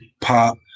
pop